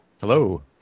Hello